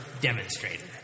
demonstrator